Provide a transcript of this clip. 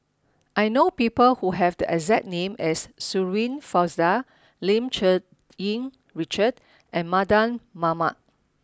I know people who have the exact name as Shirin Fozdar Lim Cherng Yih Richard and Mardan Mamat